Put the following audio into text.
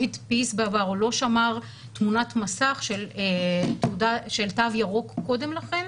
לא הדפיס בעבר או לא שמר תמונת מסך של תו ירוק קודם לכן,